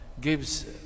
gives